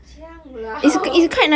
这样老